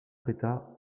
prêta